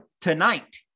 tonight